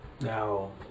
Now